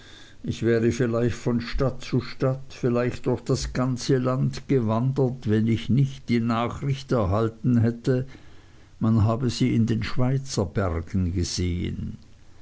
ich wäre vielleicht von stadt zu stadt vielleicht durch das ganze land gewandert wenn ich nicht nachricht erhalten hätte man habe sie in den schweizer bergen gesehen